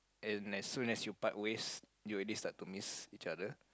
and as soon as you part ways you already start to miss each other